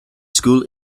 school